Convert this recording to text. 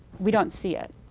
we don't see it.